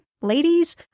ladies